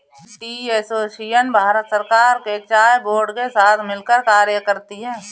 Indian tea association Bharat सरकार के चाय बोर्ड के साथ मिलकर कार्य करती है